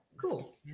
cool